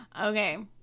okay